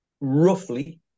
roughly